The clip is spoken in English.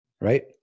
Right